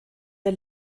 der